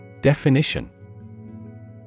Definition